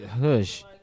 hush